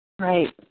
Right